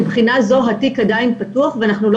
מבחינה זו התיק עדיין פתוח ואנחנו לא